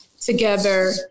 together